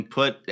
put